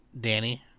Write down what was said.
Danny